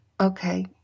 Okay